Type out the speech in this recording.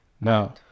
Now